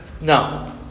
No